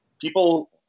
people